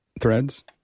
threads